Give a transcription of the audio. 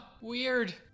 weird